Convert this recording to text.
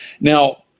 Now